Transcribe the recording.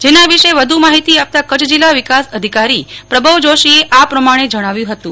જેના વિધે વધુ માહિતી આપતા કચ્છ જીલ્લા વિકાસ અધિકારી પ્રભાવ જોશીએ આ પ્રમાણે જણાવ્યું હતું